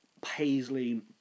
Paisley